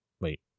Wait